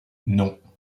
non